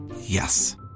Yes